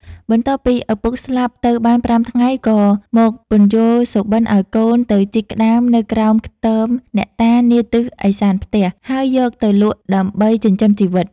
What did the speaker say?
បន្ទាប់ពីឪពុកស្លាប់ទៅបាន៥ថ្ងៃក៏មកពន្យល់សុបិនឲ្យកូនទៅជីកក្ដាមនៅក្រោមខ្ទមអ្នកតានាទិសឦសានផ្ទះ ហើយយកទៅលក់ដើម្បីចិញ្ចឹមជីវិត។